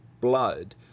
blood